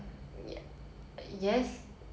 sneezing and having flu